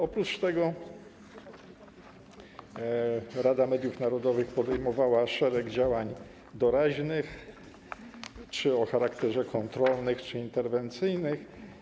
Oprócz tego Rada Mediów Narodowych podejmowała szereg działań doraźnych czy to o charakterze kontrolnym, czy interwencyjnym.